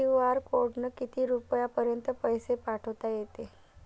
QR कोडनं किती रुपयापर्यंत पैसे पाठोता येते?